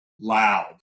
loud